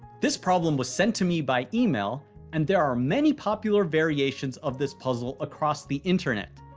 this problem was sent to me by email and there are many popular variations of this puzzle across the internet.